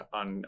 on